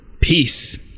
Peace